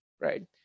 right